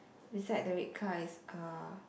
beside the red car is uh